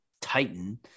Titan